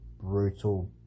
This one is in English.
brutal